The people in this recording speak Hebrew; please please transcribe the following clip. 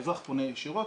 האזרח פונה ישירות,